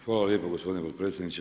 Hvala lijepa gospodine potpredsjedniče.